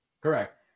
correct